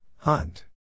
Hunt